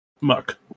Muck